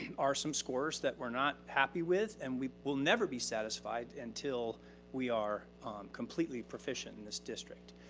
and are some scores that we're not happy with and we will never be satisfied until we are completely proficient in this district.